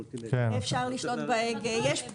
נכון.